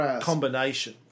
combination